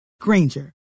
Granger